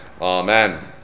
Amen